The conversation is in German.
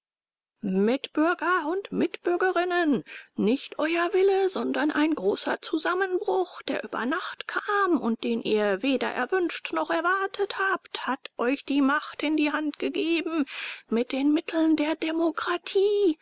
mitbürger und mitbürgerinnen nicht euer wille sondern ein großer zusammenbruch der über nacht kam und den ihr weder erwünscht noch erwartet habt hat euch die macht in die hand gegeben mit den mitteln der demokratie